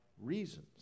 reasons